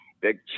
big